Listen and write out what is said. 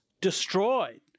destroyed